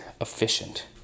efficient